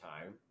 time